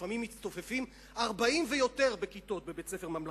כשלפעמים מצטופפים 40 ויותר בכיתות בבית-ספר ממלכתי.